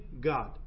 God